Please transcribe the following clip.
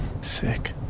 Sick